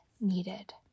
needed